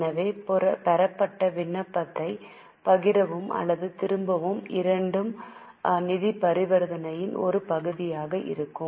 எனவே பெறப்பட்ட விண்ணப்பப் பணத்தைப் பகிரவும் அல்லது திரும்பவும் இரண்டும் நிதி பரிவர்த்தனையின் ஒரு பகுதியாக இருக்கும்